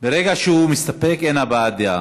ברגע שהוא מסתפק, אין הבעת דעה.